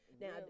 Now